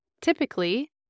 Typically